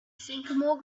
sycamore